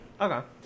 Okay